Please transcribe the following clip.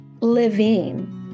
Living